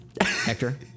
Hector